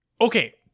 Okay